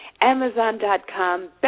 Amazon.com